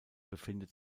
befindet